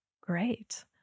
great